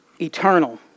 eternal